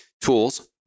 tools